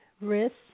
risks